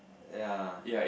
ya